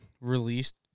released